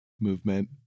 movement